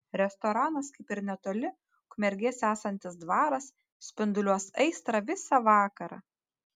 restoranas kaip ir netoli ukmergės esantis dvaras spinduliuos aistrą visa vakarą